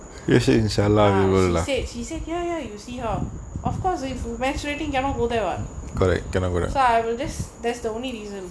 ah she said she said ya ya you see her of course if menstruating cannot go there [what] so I will just that's the only reason